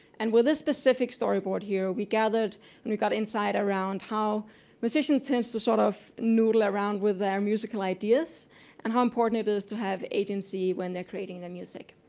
and with this specific story board here, we gathered and we gotten sight around how positions tend to sort of noodle around with musical ideas and how important it is to have agency when they're creating the music.